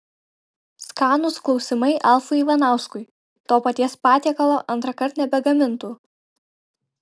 skanūs klausimai alfui ivanauskui to paties patiekalo antrą kartą nebegamintų